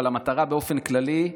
אבל המטרה באופן כללי,